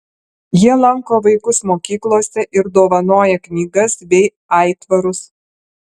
jie lanko vaikus mokyklose ir dovanoja knygas bei aitvarus